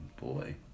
boy